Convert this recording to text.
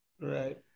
Right